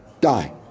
die